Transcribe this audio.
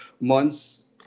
months